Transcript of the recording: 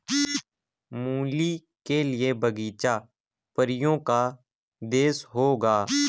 मूली के लिए बगीचा परियों का देश होगा